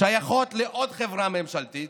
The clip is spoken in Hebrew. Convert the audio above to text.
שייכות לעוד חברה ממשלתית,